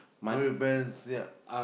from your parents yeah